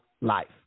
life